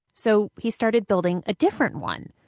so he started building a different one,